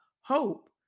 hope